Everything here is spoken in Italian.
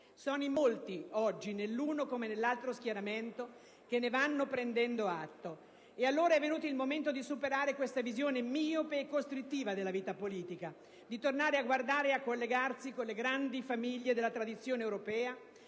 Sono in molti oggi, nell'uno e nell'altro schieramento, che ne vanno prendendo atto. Allora, è venuto il momento di superare questa visione miope e costrittiva della vita politica, di tornare a guardare e a collegarsi con le grandi famiglie della tradizione europea,